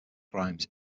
crimes